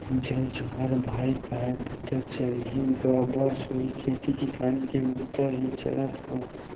जय जोहार भाई काय बूता चलही गा बस उही खेती किसानी के बुता ही चलत हवय